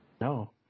No